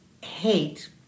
hate